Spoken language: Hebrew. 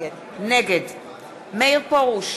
נגד מאיר פרוש,